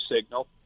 signal